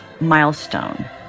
milestone